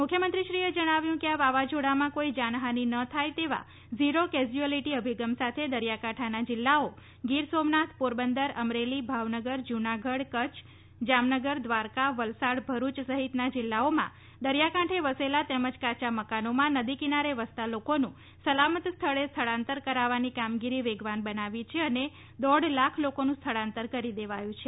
મુખ્યમંત્રીશ્રીએ જણાવ્યું કે આ વાવાઝોડામાં કોઇ જાનહાનિ ન થાય તેવા ઝીરો કેઝયુઅલ્ટી અભિગમ સાથે દરિયાકાંઠાના જિલ્લાઓ ગીર સોમનાથ પોરબંદર અમરેલી ભાવનગર જૂનાગઢ કચ્છ જામનગર દ્વારકા વલસાડ ભરૂચ સહિતના જિલ્લાઓમાં દરિયાકાંઠે વસેલા તેમજ કાયા મકાનોમાં નદી કિનારે વસતા લોકોનું સલામત સ્થળે સ્થળાંતર કરાવવાની કામગીરી વેગવાન બનાવી છે અને દોઢ લાખ લોકોનું સ્થળાંતર કરી દેવાયું છે